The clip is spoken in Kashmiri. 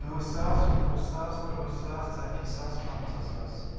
دہ ساس وُہ ساس ترٕٛہ ساس ژَتجی پَنٛژاہ ساس